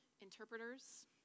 interpreters